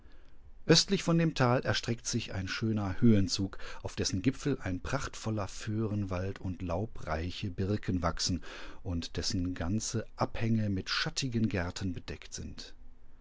östlich von dem tal erstreckt sich ein schöner höhenzug auf dessen gipfel ein prachtvoller föhrenwald und laubreiche birken wachsen und dessen ganze abhänge mit schattigen gärten bedeckt sind